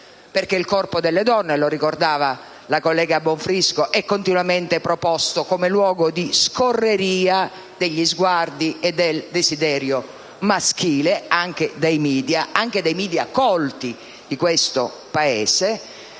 Perché il corpo delle donne, come ricordava la collega Bonfrisco, è continuamente proposto come luogo di scorreria degli sguardi e del desidero maschile, anche dai *media*, anche dai *media* colti di questo Paese,